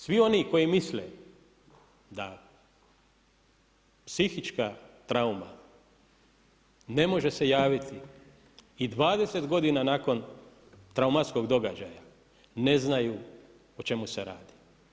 I svi oni koji misle, da psihička trauma, ne može se javiti i 20 g. nakon traumatskog događaja, ne znaju o čemu se radi.